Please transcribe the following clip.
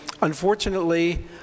unfortunately